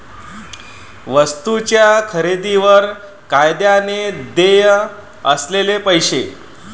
वस्तूंच्या खरेदीवर कायद्याने देय असलेले पैसे